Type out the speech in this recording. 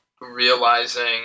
realizing